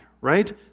right